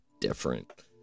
different